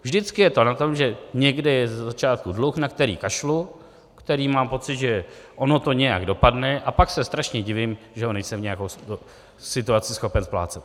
Vždycky je to o tom, že někde je ze začátku dluh, na který kašlu, který, mám pocit, že ono to nějak dopadne, a pak se strašně divím, že ho nejsem v nějaké situaci schopen splácet.